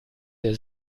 der